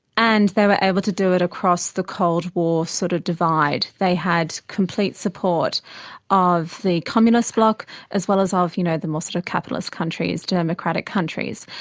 and they were able to do it across the cold war sort of divide. they had complete support of the communist bloc as well as ah of you know the more sort of capitalist countries, democratic countries.